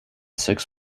six